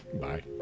Bye